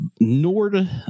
Nord